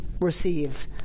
receive